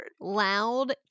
Loud